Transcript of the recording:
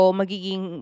magiging